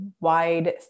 wide